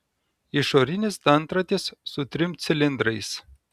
išorinis dantratis su trim cilindrais